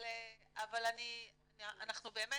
אבל אנחנו באמת